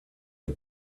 der